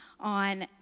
on